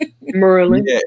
Merlin